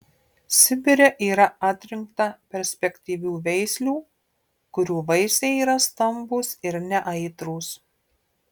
sibire yra atrinkta perspektyvių veislių kurių vaisiai yra stambūs ir neaitrūs